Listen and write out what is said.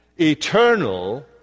eternal